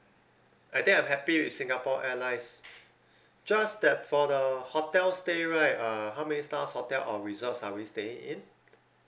I think I'm happy with singapore airlines just that for the hotel stay right uh how many stars hotel or resorts are we staying in